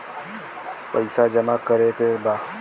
पैसा जमा करे के बा?